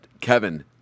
kevin